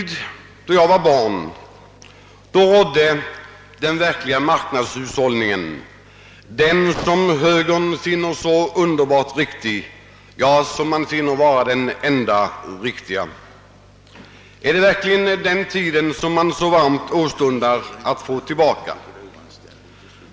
Då jag var barn rådde den verkliga marknadshushållningen, som högern finner så underbart riktig — ja rent av det enda riktiga. Önskar man verkligen så hett att få den tiden tillbaka?